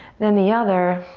then the other.